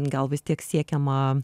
gal vis tiek siekiama